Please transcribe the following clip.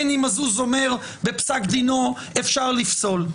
מני מזוז אומר בפסק דינו שאפשר לפסול.